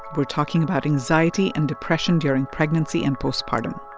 we're talking about anxiety and depression during pregnancy and postpartum.